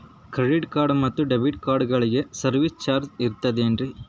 Credit card ಮತ್ತು debit ಕಾರ್ಡಗಳಿಗೆ service charge ಇರುತೇನ್ರಿ?